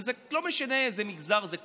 וזה לא משנה איזה מגזר זה.